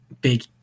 big